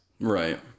Right